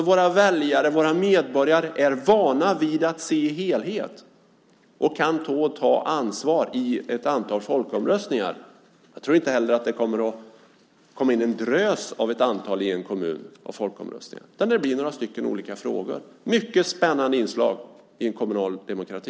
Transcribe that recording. Våra väljare och medborgare är vana vid att se till helheten och kan ta ansvar i ett antal folkomröstningar. Jag tror inte heller att det kommer att bli en drös folkomröstningar i en kommun, utan det blir några stycken i olika frågor. Det är ett mycket spännande inslag i en kommunal demokrati.